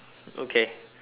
okay